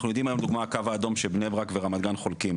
אנחנו יודעים היום מה "הקו האדום" של בני ברק ורמת-גן חולקים,